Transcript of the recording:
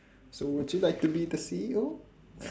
so would you like to be the C_E_O